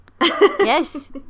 Yes